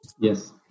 Yes